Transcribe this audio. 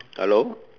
hello